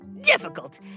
difficult